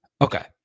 Okay